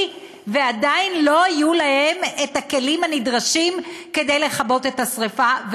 ועדיין לא היו להם הכלים הנדרשים כדי לכבות את השרפה.